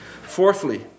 Fourthly